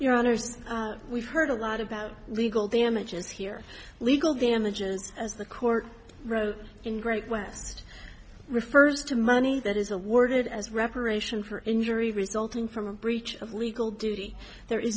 honour's we've heard a lot about legal damages here legal damages as the court wrote in great west refers to money that is awarded as reparation for injury resulting from a breach of legal duty there is